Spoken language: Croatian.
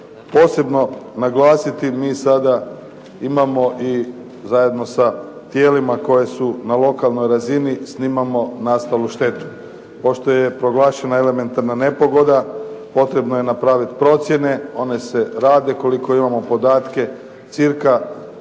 posebno naglasiti, mi sada imamo i zajedno sa tijelima koje su na lokalnoj razini snimamo nastalu štetu. Pošto je proglašena elementarna nepogoda, potrebno je napraviti procjene. One se rade, koliko imamo podatke cca